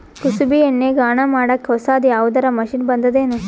ಕುಸುಬಿ ಎಣ್ಣೆ ಗಾಣಾ ಮಾಡಕ್ಕೆ ಹೊಸಾದ ಯಾವುದರ ಮಷಿನ್ ಬಂದದೆನು?